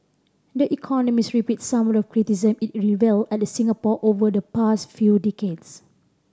the Economist repeats some of the criticism it levelled at Singapore over the past few decades